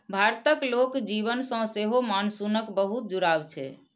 भारतक लोक जीवन सं सेहो मानसूनक बहुत जुड़ाव छै